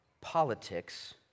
politics